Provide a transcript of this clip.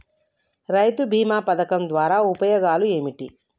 రైతు బీమా పథకం ద్వారా ఉపయోగాలు ఏమిటి?